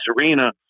arena